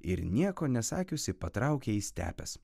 ir nieko nesakiusi patraukė į stepes